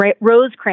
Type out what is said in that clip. Rosecrans